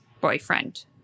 boyfriend